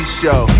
show